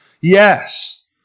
Yes